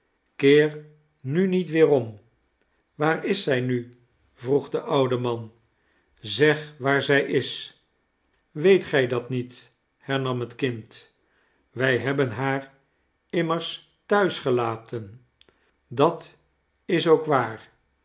keer nu niet weerom i waar is zij nu vroeg de oude man zeg waar is zij weet gij dat niet hernam het kind wij hebben haar immers thuis gelaten dat is ook waar